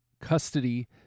custody